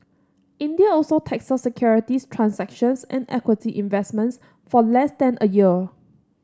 India also taxes securities transactions and equity investments for less than a year